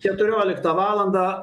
keturioliktą valandą